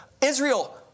Israel